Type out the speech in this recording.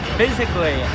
physically